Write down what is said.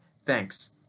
Thanks